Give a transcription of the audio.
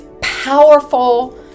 powerful